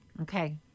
Okay